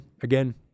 Again